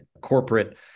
corporate